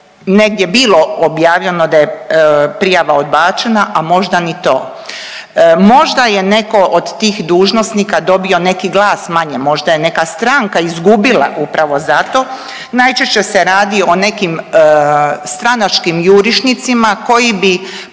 negdje bilo objavljeno da je prijava odbačena, a možda ni to. Možda je neko od tih dužnosnika dobio neki glas manje, možda je neka stranka izgubila upravo zato. Najčešće se radi o nekim stranačkim jurišnicima koji bi